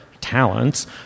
talents